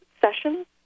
sessions